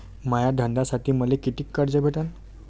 माया धंद्यासाठी मले कितीक कर्ज मिळनं?